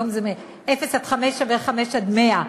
היום זה אפס עד חמש שווה חמש עד 100,